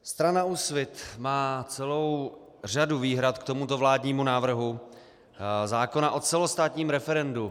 Strana Úsvit má celou řadu výhrad k tomuto vládnímu návrhu zákona o celostátním referendu.